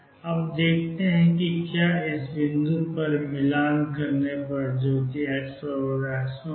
अब देखते हैं कि क्या इस बिंदु पर हम मिलान कर रहे हैं जो कि xx0 है